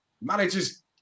Managers